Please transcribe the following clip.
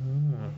mm